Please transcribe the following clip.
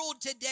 today